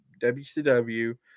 WCW